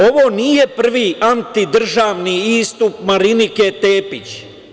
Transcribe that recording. Ovo nije prvi antidržavni istup Marinike Tepić.